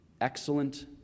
excellent